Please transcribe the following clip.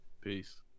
Peace